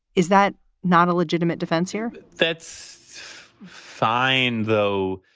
is that not a legitimate defense here? that's fine, though.